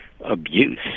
abuse